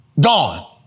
Gone